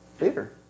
later